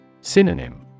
Synonym